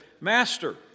Master